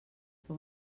que